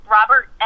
Robert